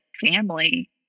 family